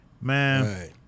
man